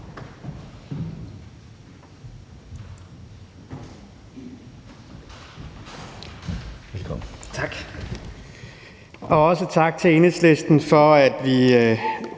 og også tak til Enhedslisten for, at vi